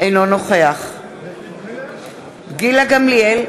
אינו נוכח גילה גמליאל,